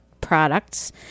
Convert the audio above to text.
products